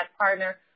partner